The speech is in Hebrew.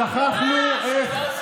בגלל שמסרתם,